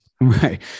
Right